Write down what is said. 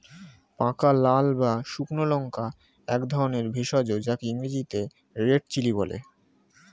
পাকা লাল বা শুকনো লঙ্কা একধরনের ভেষজ যাকে ইংরেজিতে রেড চিলি বলে